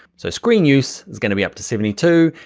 so screen use is gonna be up to seventy two.